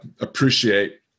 appreciate